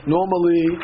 Normally